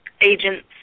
agents